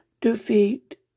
defeat